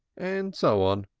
and so on,